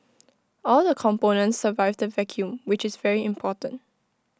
all the components survived the vacuum which is very important